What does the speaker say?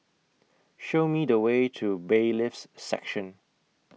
Show Me The Way to Bailiffs' Section